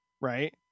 right